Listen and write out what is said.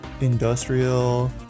industrial